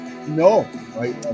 No